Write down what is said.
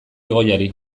goiari